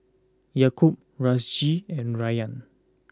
Yaakob Rizqi and Rayyan